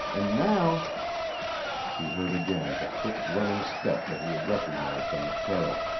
and now he heard again the quick, running step that he had recognized on the trail.